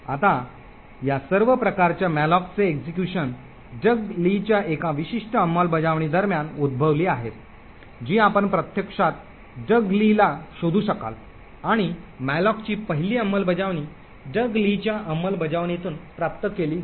आता या सर्व प्रकारच्या मॅलोक चे execution डग लीच्या एका विशिष्ट अंमलबजावणीपासून उद्भवली आहेत जी आपण प्रत्यक्षात डग लीला शोधू शकाल आणि मॅलोकची पहिली अंमलबजावणी डग लीच्या अंमलबजावणीतून प्राप्त केली गेली